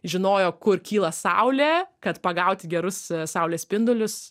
žinojo kur kyla saulė kad pagauti gerus saulės spindulius